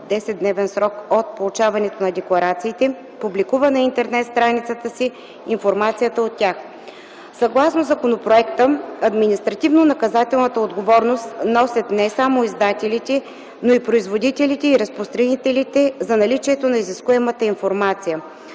10-дневен срок от получаването на декларациите публикува на интернет страницата си информацията от тях. Съгласно законопроекта административнонаказателна отговорност носят не само издателите, но и производителите и разпространителите за наличието на изискуемата информация.